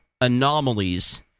anomalies